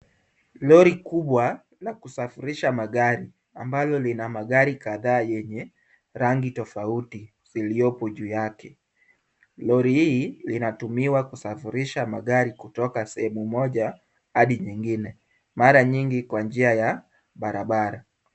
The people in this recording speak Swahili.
Lori kubwa la kusafirisha magari, ambalo lina magari kadhaa yenye rangi tofauti ziliopo juu yake. Lori hili linatumiwa kusafirisha magari, kutoka sehemu moja hadi nyingine, mara nyingi kwa njia ya barabara.